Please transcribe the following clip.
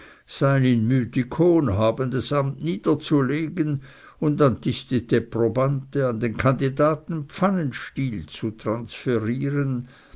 sein in mythikon habendes amt niederzulegen und antistite probante an den kandidaten pfannenstiel zu transferieren